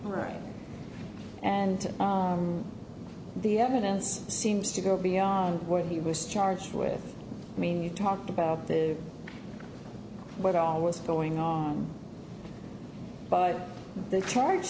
right and the evidence seems to go beyond what he was charged with i mean you talked about the what all was going on but the charge